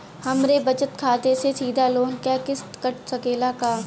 हमरे बचत खाते से सीधे लोन क किस्त कट सकेला का?